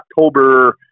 October